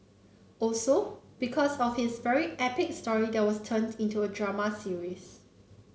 also because of his very epic story that was turned into a drama series